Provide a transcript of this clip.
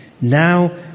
now